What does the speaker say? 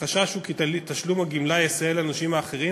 החשש הוא כי תשלום הגמלה יסייע לאנשים אחרים